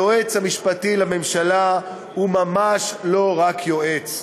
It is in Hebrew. היועץ המשפטי לממשלה הוא ממש לא רק יועץ.